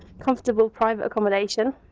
comfortable private accommodation.